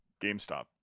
GameStop